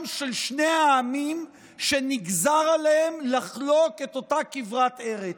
של שני העמים שנגזר עליהם לחלוק את אותה כברת ארץ.